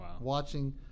watching